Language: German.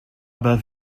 aber